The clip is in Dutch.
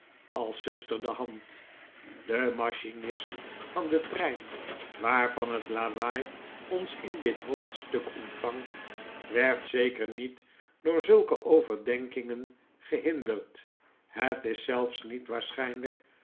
als zuster de hand de machinist van den trein waarvan het lawaai ons in dit hoofdstuk ontvangt werd zeker niet door zulke overdenkingen gehinderd het is zelfs niet waarschijnlijk